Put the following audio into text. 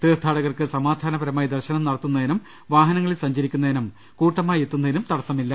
തീർത്ഥാടകർക്ക് സമാധാനപരമായി ദർശനം നടത്തുന്നതിനും വാഹനങ്ങളിൽ സഞ്ചരിക്കുന്നതിനും കൂട്ടമായി എത്തുന്നതിനും തടസ്സമില്ല